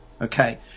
Okay